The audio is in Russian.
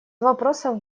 вопросов